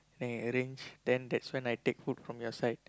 I arrange then that's why I take food from your side